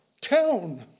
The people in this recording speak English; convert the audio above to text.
town